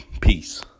Peace